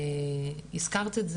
הזכרת,